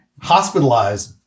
Hospitalized